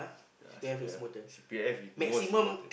ya C_P_F C_P_F is most important